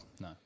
no